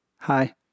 Hi